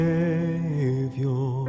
Savior